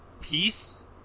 Peace